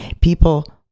people